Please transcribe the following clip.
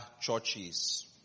churches